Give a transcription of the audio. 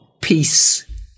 peace